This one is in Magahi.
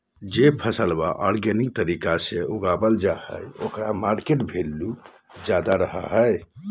जे फसल ऑर्गेनिक तरीका से उगावल जा हइ ओकर मार्केट वैल्यूआ ज्यादा रहो हइ